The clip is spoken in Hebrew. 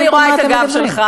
גם אני רואה את הגב שלך,